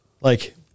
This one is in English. Like-